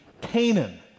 Canaan